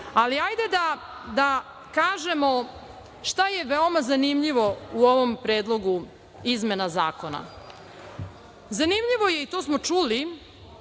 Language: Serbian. Tinto. Hajde da kažemo šta je veoma zanimljivo u ovom predlogu izmena zakona. Zanimljivo je i to smo čuli